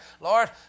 Lord